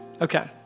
Okay